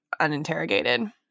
uninterrogated